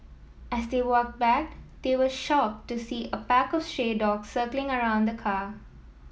as they walked back they were shocked to see a pack of stray dogs circling around the car